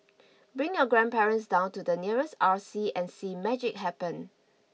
bring your grandparents down to the nearest R C and see magic happen